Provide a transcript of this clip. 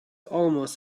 almost